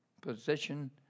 position